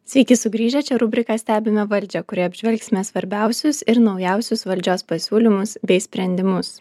sveiki sugrįžę čia rubrika stebime valdžią kurioj apžvelgsime svarbiausius ir naujausius valdžios pasiūlymus bei sprendimus